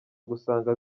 gusanga